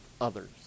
others